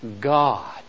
God